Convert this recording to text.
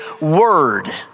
word